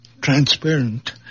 transparent